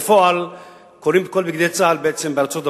בפועל קונים את כל בגדי צה"ל בארצות-הברית,